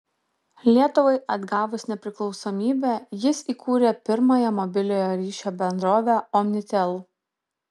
lietuvai atgavus nepriklausomybę jis įkūrė pirmąją mobiliojo ryšio bendrovę omnitel